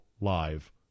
live